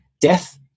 death